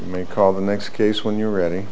you may call the next case when you're ready